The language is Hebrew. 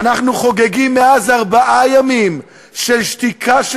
ואנחנו חוגגים מאז ארבעה ימים של שתיקה של